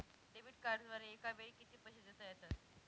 Debit कार्डद्वारे एकावेळी किती पैसे देता येतात?